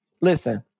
Listen